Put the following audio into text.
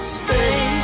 stay